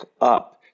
up